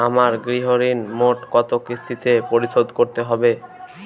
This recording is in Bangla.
আমার গৃহঋণ মোট কত কিস্তিতে পরিশোধ করতে হবে?